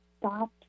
stop